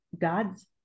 God's